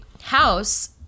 House